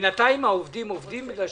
בינתיים העובדים עובדים,